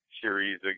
series